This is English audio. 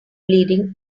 bleeding